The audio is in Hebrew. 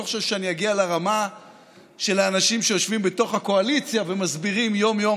חושב שאני אגיע לרמה של האנשים שיושבים בתוך הקואליציה ומסבירים יום-יום